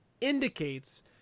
indicates